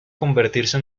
convertirse